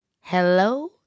Hello